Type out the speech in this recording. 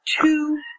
Two-